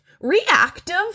Reactive